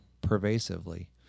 pervasively